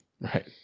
Right